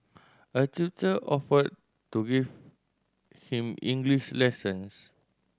a tutor offered to give him English lessons